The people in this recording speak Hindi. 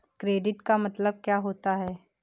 क्रेडिट का मतलब क्या होता है?